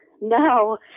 No